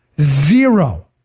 Zero